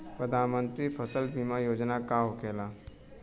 प्रधानमंत्री फसल बीमा योजना का होखेला?